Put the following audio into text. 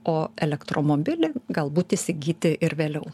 o elektromobilį galbūt įsigyti ir vėliau